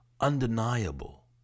undeniable